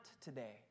today